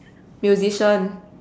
musician